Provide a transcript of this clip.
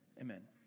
amen